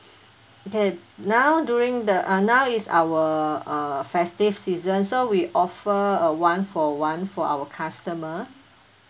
can now doing the uh now is our uh festive season so we offer a one for one for our customer